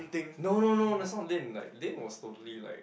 no no no that's not Lynn like Lynn was totally like